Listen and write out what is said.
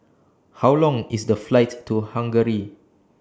How Long IS The Flight to Hungary